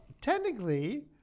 technically